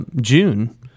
June